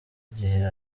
igihe